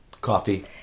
coffee